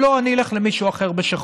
אם לא, אני אלך למישהו אחר בשחור.